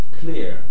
clear